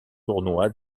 tournoi